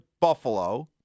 Buffalo